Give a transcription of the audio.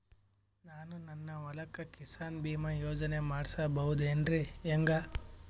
ನಾನು ನನ್ನ ಹೊಲಕ್ಕ ಕಿಸಾನ್ ಬೀಮಾ ಯೋಜನೆ ಮಾಡಸ ಬಹುದೇನರಿ ಹೆಂಗ?